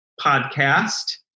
Podcast